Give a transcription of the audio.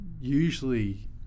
Usually